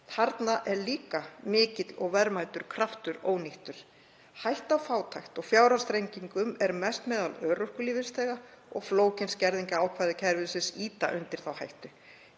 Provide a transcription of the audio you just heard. Þarna er líka mikill og verðmætur starfskraftur ónýttur. Hætta á fátækt og fjárhagsþrengingum er mest meðal örorkulífeyrisþega og flókin skerðingarákvæði kerfisins ýta undir þá hættu.